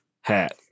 hat